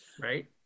right